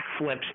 backflips